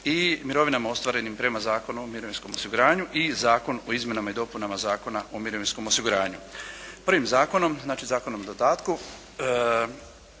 i mirovinama ostvarenim prema Zakonu o mirovinskom osiguranju i Zakon o izmjenama i dopunama Zakona o mirovinskom osiguranju. Prvim zakonom, znači Zakonom o dodatku,